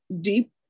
deep